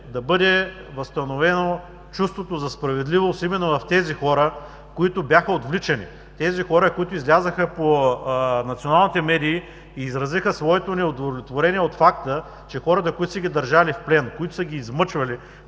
да бъде възстановено чувството за справедливост именно в тези хора, които бяха отвличани, тези хора, които излязоха по националните медии и изразиха своето неудовлетворение от факта, че хората, които са ги държали в плен, които са ги измъчвали,